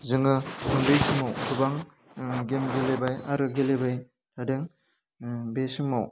जोङो उन्दै समाव गोबां गेम गेलेबाय आरो गेलेबाय थादों बे समाव